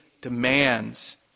demands